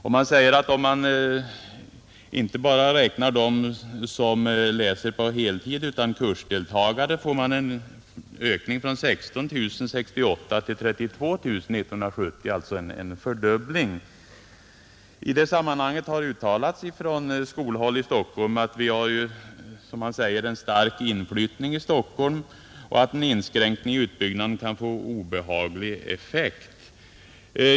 Om man räknar inte bara elever utan kursdeltagare kommer man fram till att det skett en ökning från 16 000 år 1968 till 32 000 år 1970, alltså en fördubbling. I det sammanhanget har det från skolhåll i Stockholm uttalats att inflyttningen till Stockholm är stark och att en inskränkning i utbyggnaden kan få obehagliga effekter.